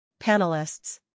Panelists